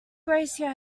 garcia